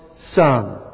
Son